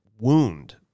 wound